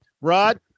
Rod